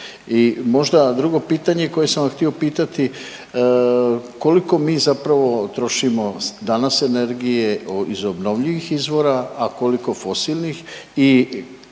možda drugo pitanje koje sam vam htio pitati, koliko mi zapravo trošimo danas energije iz obnovljivih izvora, a koliko fosilnih